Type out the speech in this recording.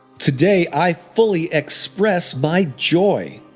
today, i fully express my joy.